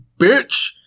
bitch